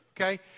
Okay